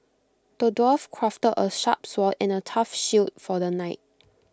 the dwarf crafted A sharp sword and A tough shield for the knight